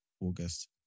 August